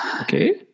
okay